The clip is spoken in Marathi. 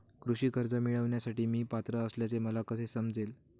कृषी कर्ज मिळविण्यासाठी मी पात्र असल्याचे मला कसे समजेल?